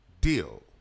deal